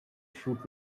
shoot